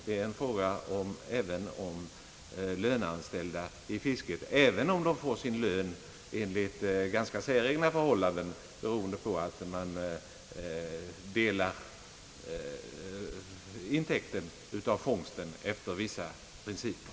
Den gäller också löneanställda i fiskerinäringen, även om de får sin lön under ganska säregna förhållanden, eftersom man delar intäkterna av fångsten efter vissa principer.